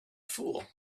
fool